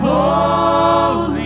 Holy